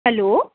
hello